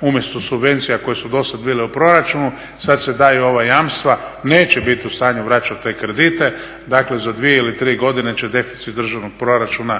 umjesto subvencija koje su dosad bile u proračunu sad se daju ova jamstva neće biti u stanju vraćati te kredite. Dakle, za dvije ili tri godine će deficit državnog proračuna nabujati